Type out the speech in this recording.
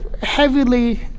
heavily